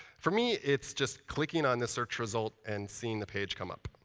for me, it's just clicking on the search result and seeing the page come up.